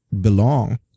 belong